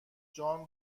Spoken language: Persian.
جان